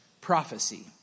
prophecy